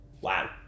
wow